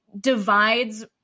divides